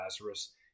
Lazarus